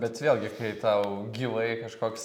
bet vėlgi kai tau gyvai kažkoks